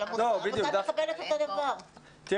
בסדר, אבל זה לא הדיון.